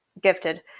gifted